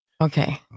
Okay